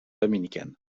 dominicaine